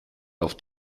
auf